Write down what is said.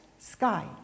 sky